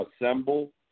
assemble